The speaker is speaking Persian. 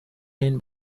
این